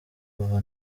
kuva